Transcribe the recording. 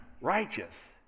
righteous